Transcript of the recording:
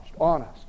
honest